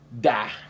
die